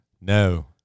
No